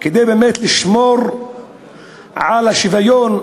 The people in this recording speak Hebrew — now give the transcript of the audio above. כדי לשמור על השוויון,